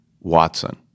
Watson